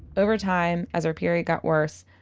overtime, as her period got worse,